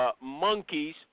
monkeys